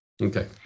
Okay